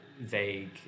vague